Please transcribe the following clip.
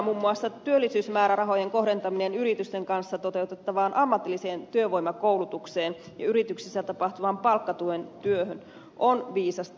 muun muassa työllisyysmäärärahojen kohdentaminen yritysten kanssa toteutettavaan ammatilliseen työvoimakoulutukseen ja yrityksissä tapahtuvan työn palkkatukeen on viisasta